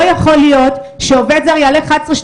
לא יכול להיות שעובד זר יעלה 11,000,